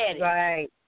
Right